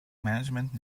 management